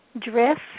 drift